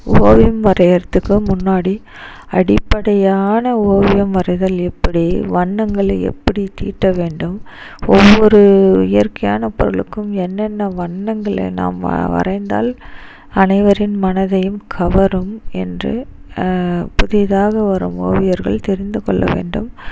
ஓவியம் வரையிறதுக்கு முன்னாடி அடிப்பையான ஓவியம் வரைதல் எப்படி வண்ணங்களை எப்படி தீட்ட வேண்டும் ஒவ்வொரு இயற்கையான பொருளுக்கும் என்ன என்ன வண்ணங்களை நம்ம வரைந்தால் அனைவரின் மனதையும் கவரும் என்று புதிதாக வரும் ஓவியர்கள் தெரிந்துகொள்ள வேண்டும்